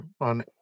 on